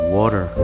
water